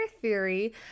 theory